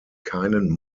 keinen